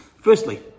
firstly